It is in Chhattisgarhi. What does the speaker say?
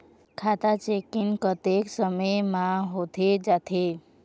खाता चेकिंग कतेक समय म होथे जाथे?